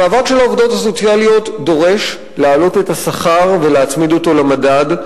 המאבק של העובדות הסוציאליות דורש להעלות את השכר ולהצמיד אותו למדד,